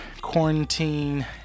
quarantine